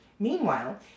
Meanwhile